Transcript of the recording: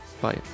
Bye